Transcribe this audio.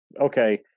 okay